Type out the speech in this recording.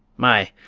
my!